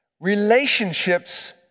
relationships